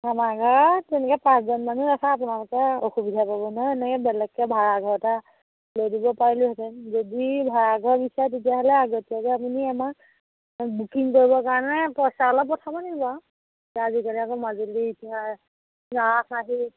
আমাৰ ঘৰত তেনেকৈ পাঁচজন মানুহ ৰখা আপোনালোকে অসুবিধা পাব নহয় এনেকৈ বেলেগকৈ ভাড়াঘৰ এটা লৈ দিব পাৰিলোঁহেঁতেন যদি ভাড়াঘৰ বিচাৰে তেতিয়াহ'লে আগতীয়াকৈ আপুনি আমাক বুকিং কৰিবৰ কাৰণে পইচা অলপ পঠিয়াবনি বাৰু আৰু আজিকালি আকৌ মাজুলীত এতিয়া ৰাস আহি